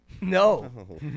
No